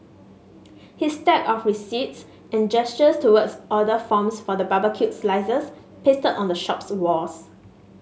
his stack of receipts and gestures towards order forms for the barbecued slices pasted on the shop's walls